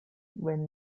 when